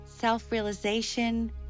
self-realization